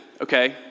okay